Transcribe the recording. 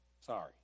sorry